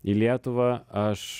į lietuvą aš